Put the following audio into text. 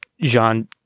Jean